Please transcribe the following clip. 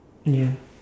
ya